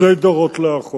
שני דורות לאחור.